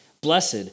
Blessed